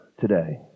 today